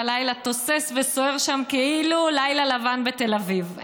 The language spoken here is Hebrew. בלילה תוסס וסוער שם כאילו לילה לבן בתל אביב,